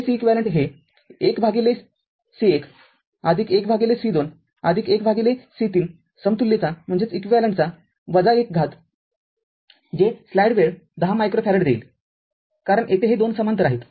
ते Ceq हे १C१ १C२ १C३ समतुल्यचा १ घात जे स्लाईड वेळ १० मायक्रोफॅरेड देईलकारण येथे हे २ समांतर आहेत